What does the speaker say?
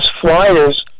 flyers